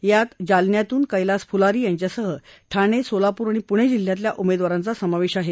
यात जालन्यातून कैलास फुलारी यांच्यासह ठाणे सोलापूर आणि पुणे जिल्ह्यातल्या उमेदवारांचा समावेश आहे